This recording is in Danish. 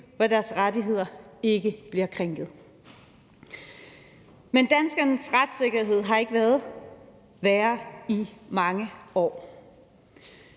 hvor deres rettigheder ikke bliver krænket. Men danskernes retssikkerhed har ikke haft det værre i mange år.